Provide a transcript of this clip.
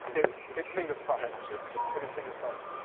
it's it's finger's crossed. panels every time. it is fingers crossed.